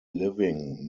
living